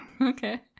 Okay